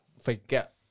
forget